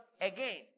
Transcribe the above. again